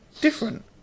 different